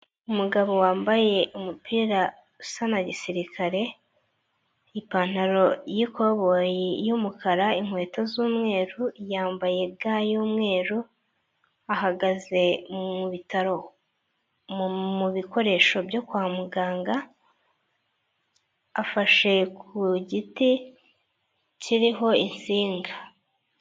Umugabo wambaye umupira usa na gisirikare, ipantaro y'ikobo y'umukara inkweto z'umweru, yambaye ga y'umweru ahagaze mu bitaro mu bikoresho byo kwa muganga afashe ku giti kiriho insinga.